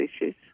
issues